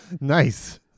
Nice